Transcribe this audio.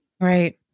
Right